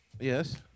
Yes